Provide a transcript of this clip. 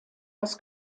das